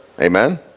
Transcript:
Amen